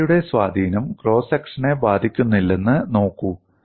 കത്രികയുടെ സ്വാധീനം ക്രോസ് സെക്ഷനെ ബാധിക്കുന്നില്ലെന്ന് നോക്കൂ